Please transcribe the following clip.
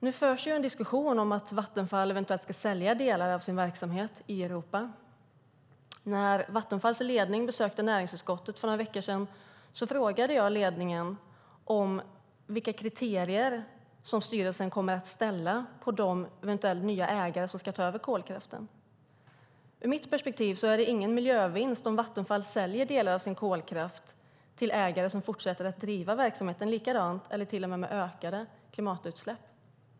Nu förs det en diskussion om att Vattenfall eventuellt ska sälja delar av sin verksamhet i Europa. När Vattenfalls ledning besökte näringsutskottet för några veckor sedan frågade jag ledningen vilka kriterier som styrelsen kommer att ha för de eventuellt nya ägare som ska ta över kolkraften. I mitt perspektiv är det ingen miljövinst om Vattenfall säljer delar av sin kolkraft till ägare som fortsätter att driva verksamheten likadant eller till och med med ökade klimatutsläpp.